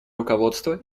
руководство